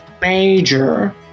major